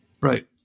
Right